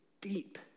deep